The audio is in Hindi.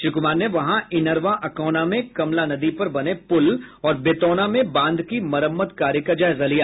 श्री कुमार ने वहां इनरवा अकौना में कमला नदी पर बने पूल और बेतौना में बांध की मरम्मत कार्य का जायजा लिया